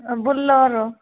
bolero